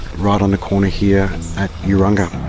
right on the corner here at urunga.